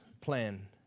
plan